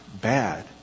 bad